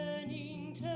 Turning